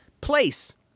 place